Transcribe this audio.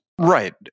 Right